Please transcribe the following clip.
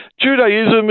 Judaism